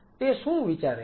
તે શું વિચારે છે